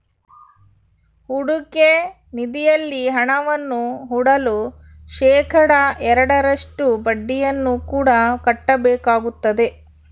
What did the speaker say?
ಹೂಡಿಕೆ ನಿಧಿಯಲ್ಲಿ ಹಣವನ್ನು ಹೂಡಲು ಶೇಖಡಾ ಎರಡರಷ್ಟು ಬಡ್ಡಿಯನ್ನು ಕೂಡ ಕಟ್ಟಬೇಕಾಗುತ್ತದೆ